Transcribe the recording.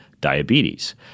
diabetes